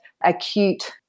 acute